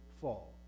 fall